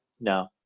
No